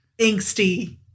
angsty